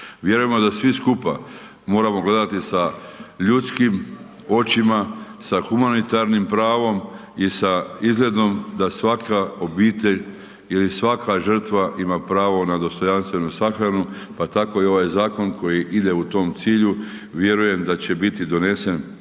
Vjerujemo da svi skupa moramo gledati sa ljudskim očima, sa humanitarnim pravom i sa izgledom da svaka obitelj ili svaka žrtva ima pravo na dostojanstvenu sahranu, pa tako i ovaj zakon koji ide u tom cilju. Vjerujem da će biti donesen